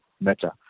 matter